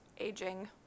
aging